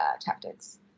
tactics